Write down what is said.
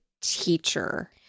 teacher